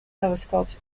telescopes